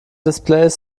displays